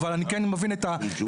אבל אני כן מבין את הצורך.